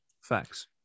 Facts